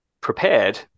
prepared